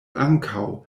ankaŭ